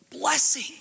blessing